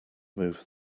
move